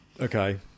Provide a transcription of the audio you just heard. Okay